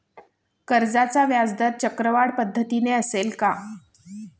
कर्जाचा व्याजदर चक्रवाढ पद्धतीने असेल का?